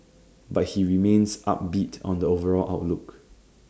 but he remains upbeat on the overall outlook